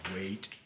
Wait